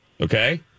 Okay